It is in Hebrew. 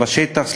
בשטח,